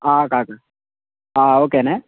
కాకా ఓకేనే